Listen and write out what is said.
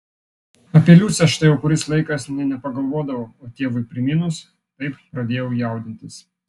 apie liucę štai jau kuris laikas nė nepagalvodavau o tėvui priminus taip pradėjau jaudintis